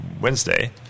Wednesday